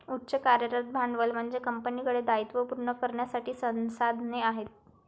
उच्च कार्यरत भांडवल म्हणजे कंपनीकडे दायित्वे पूर्ण करण्यासाठी संसाधने आहेत